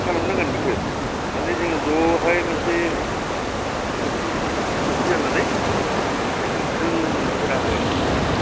खालामनांगोन बिखो माने जोङो जहाय मोनसे खौसेथि खौसे जानानै माने गोख्रों मोनसे राहा लाथारनांगोन